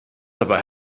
dabei